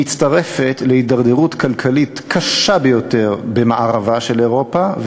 והיא מצטרפת להידרדרות כלכלית קשה ביותר במערבה של אירופה,